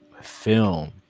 film